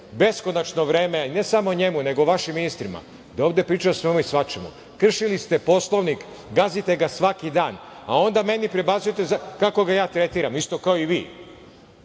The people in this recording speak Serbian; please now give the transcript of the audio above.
beskonačno vreme, ne samo njemu, nego vašim ministrima da ovde pričaju o svemu i svačemu. Kršili ste Poslovnik, gazite ga svaki dan, a onda meni prebacujete kako ga ja tretiram. Isto kao i vi.